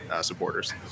supporters